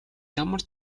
ямар